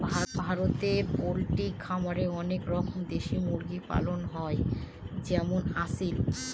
ভারতে পোল্ট্রি খামারে অনেক রকমের দেশি মুরগি পালন হয় যেমন আসিল